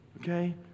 okay